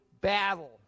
battle